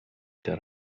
der